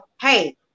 hey